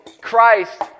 Christ